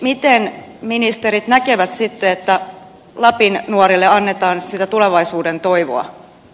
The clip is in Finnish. miten ministerit näkevät että lapin nuorille annetaan sitä tulevaisuuden toivoa